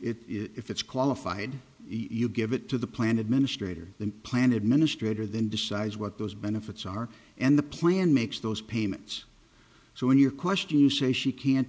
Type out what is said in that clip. if it's qualified you give it to the plan administrator the plan administrator then decides what those benefits are and the plan makes those payments so in your question you say she can't